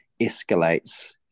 escalates